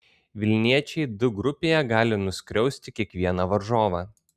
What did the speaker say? vilniečiai d grupėje gali nuskriausti kiekvieną varžovą